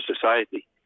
society